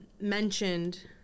mentioned